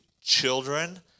children